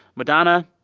madonna,